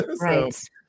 Right